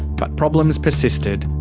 but problems persisted.